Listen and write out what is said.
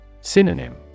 Synonym